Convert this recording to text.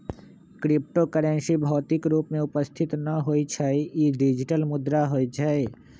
crypto currency भौतिक रूप में उपस्थित न होइ छइ इ डिजिटल मुद्रा होइ छइ